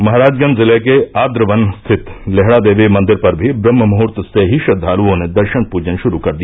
महराजगंज जिले के आद्रवन स्थित लेहड़ा देवी मंदिर पर भी ब्रम्हमुहूर्त से ही श्रद्वालुओं ने दर्शन पूजन श्रू कर दिया